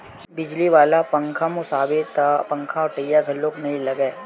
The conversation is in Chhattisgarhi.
बिजली वाला पंखाम ओसाबे त पंखाओटइया घलोक नइ लागय